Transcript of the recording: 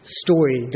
story